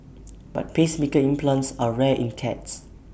but pacemaker implants are rare in cats